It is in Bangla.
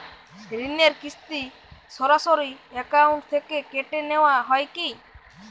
ঋণের কিস্তি সরাসরি অ্যাকাউন্ট থেকে কেটে নেওয়া হয় কি?